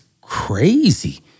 crazy